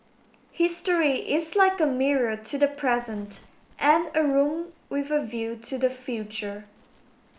history is like a mirror to the present and a room with a view to the future